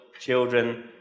children